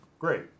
great